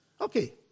Okay